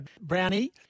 Brownie